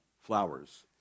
flowers